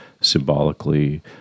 symbolically